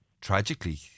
tragically